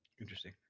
Interesting